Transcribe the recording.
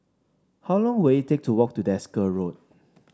how long will it take to walk to Desker Road